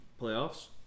Playoffs